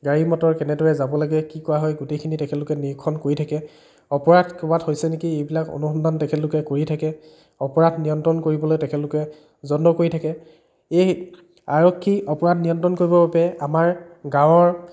গাড়ী মটৰ কেনেদৰে যাব লাগে কি কৰা হয় গোটেইখিনি তেখেতলোকে নিৰীক্ষণ কৰি থাকে অপৰাধ ক'ৰবাত হৈছে নেকি এইবিলাক অনুসন্ধান তেখেতলোকে কৰিয়ে থাকে অপৰাধ নিয়ন্ত্ৰণ কৰিবলৈ তেখেতলোকে যত্ন কৰি থাকে এই আৰক্ষী অপৰাধ নিয়ন্ত্ৰণ কৰিবৰ বাবে আমাৰ গাঁৱৰ